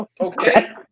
Okay